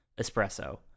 espresso